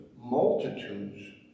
multitudes